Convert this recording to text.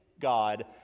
God